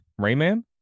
Rayman